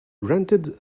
rented